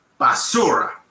basura